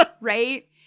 right